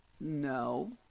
No